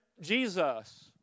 Jesus